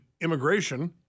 immigration